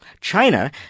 China